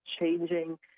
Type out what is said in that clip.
changing